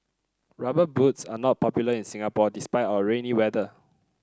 rubber boots are not popular in Singapore despite our rainy weather